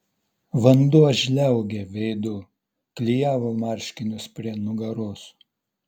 vanduo žliaugė veidu klijavo marškinius prie nugaros